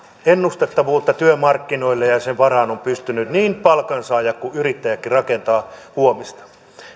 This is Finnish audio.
ennustettavuutta työmarkkinoille ja ja sen varaan on pystynyt niin palkansaaja kuin yrittäjäkin rakentamaan huomista